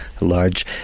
large